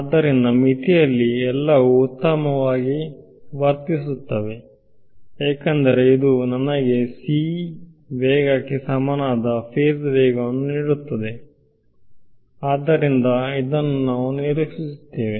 ಆದ್ದರಿಂದ ಮಿತಿಯಲ್ಲಿ ಎಲ್ಲವೂ ಉತ್ತಮವಾಗಿ ವರ್ತಿಸುತ್ತವೆ ಏಕೆಂದರೆ ಇದು ನನಗೆ ಸಿ ವೇಗಕ್ಕೆ ಸಮನಾದ ಫೇಸ್ ವೇಗವನ್ನು ನೀಡುತ್ತದೆ ಆದ್ದರಿಂದ ಇದನ್ನು ನಾವು ನಿರೀಕ್ಷಿಸುತ್ತೇವೆ